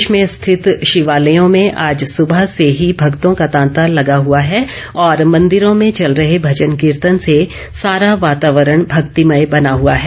प्रदेश में स्थित शिवालयों में आज सुबह से ही भक्तों का तांता लगा हुआ है और मंदिरों में चल रहे भजन कीर्तन से सारा वातावरण भक्तीमय बना हुआ है